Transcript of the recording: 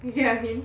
you get what I mean